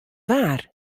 waar